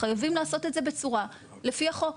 חייבים לעשות את זה בצורה שהיא לפי החוק,